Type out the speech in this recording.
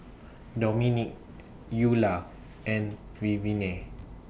Dominik Eulah and Vivienne